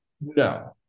no